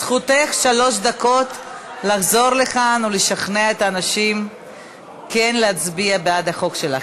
זכותך לחזור לכאן לשלוש דקות ולשכנע את האנשים להצביע בעד החוק שלך.